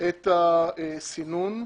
את הסינון,